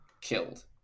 killed